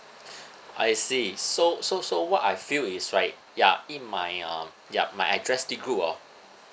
I see so so so what I feel is like ya in my uh yup my address this group of